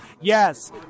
Yes